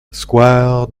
square